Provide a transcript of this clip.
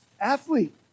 Athlete